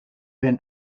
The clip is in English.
been